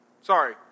Sorry